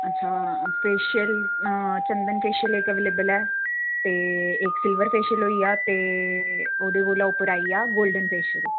अच्छा facial chandan facial इक available ऐ ते इक सिल्बर फेशियल होई गेआ ते ओह्दे उप्पर आई गेआ गोल्डन फेशियल